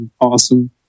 awesome